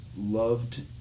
loved